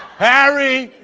harry.